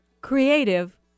creative